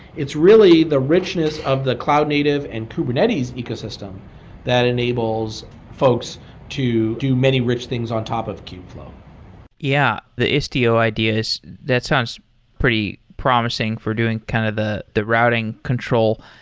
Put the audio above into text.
it's really the richness of the cloud native and kubernetes ecosystem that enables folks to do many rich things on top of kubeflow yeah. the istio idea is that sounds pretty promising for doing kind of the the routing control.